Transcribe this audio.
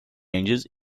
rangers